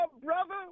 Brother